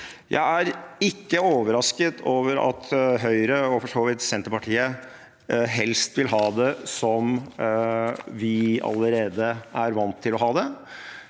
Jeg er ikke overrasket over at Høyre, og for så vidt Senterpartiet, helst vil ha det som vi allerede er vant til å ha det,